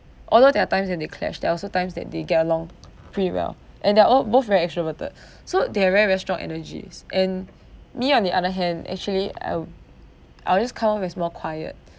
although there are times when they clash there are also times that they get along pretty well and they are all both very extroverted so they have very very strong energies and me on the other hand actually I'll I'll just come off as more quiet